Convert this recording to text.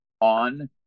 on